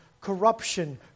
corruption